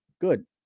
Good